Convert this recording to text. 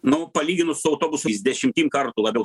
nu palyginus su autobusais dešimtim kartų labiau